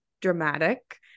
dramatic